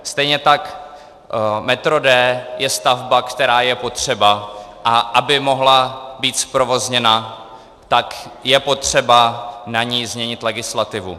Stejně tak Metro D je stavba, která je potřebná, a aby mohla být zprovozněna, tak je k ní potřeba změnit legislativu.